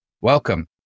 Welcome